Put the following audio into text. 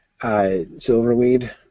Silverweed